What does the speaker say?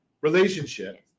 relationship